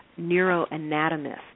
neuroanatomist